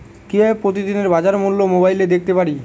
কিভাবে প্রতিদিনের বাজার মূল্য মোবাইলে দেখতে পারি?